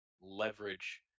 leverage